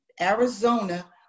Arizona